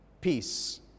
peace